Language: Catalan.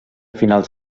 finals